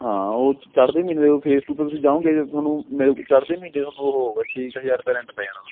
ਹਾਂ ਉਹ 'ਚ ਚੜਦੇ ਮਹੀਨੇ ਫੇਸ ਟੂ ਤੋਂ ਤੁਸੀਂ ਜਾਓਗੇ ਜਦੋਂ ਤੁਹਾਨੂੰ ਮੇ ਚੜਦੇ ਮਹੀਨੇ ਤੁਹਾਨੂੰ ਉਹ ਹੋਊਗਾ ਛੇ ਕੁ ਹਜ਼ਾਰ ਰੁਪਇਆ ਰੈਂਟ ਪੈ ਜਾਣਾ ਤੁਹਾਨੂੰ